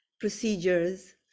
procedures